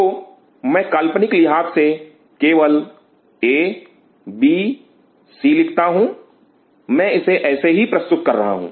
तो मैं काल्पनिक लिहाज के लिए केवल ए बी सी लिखता हूं मैं इसे ऐसे ही प्रस्तुत कर रहा हूं